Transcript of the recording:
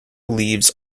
leaves